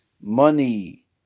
money